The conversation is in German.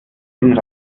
den